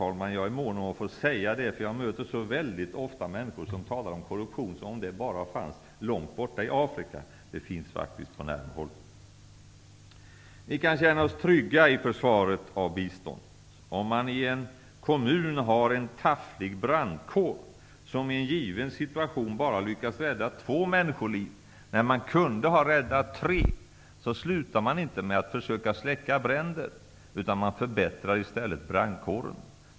Jag är mån om att säga det, herr talman, därför att jag möter så ofta människor som talar om korruption som om det var någonting som bara fanns långt borta i Afrika. Det finns faktiskt på närmare håll. Vi kan känna oss trygga i försvaret av biståndet. Om man i en kommun har en tafflig brandkår, som i en given situation bara lyckas rädda två människoliv när man kunde ha räddat tre, slutar man inte med att försöka släcka bränder, utan man förbättrar i stället brandkåren.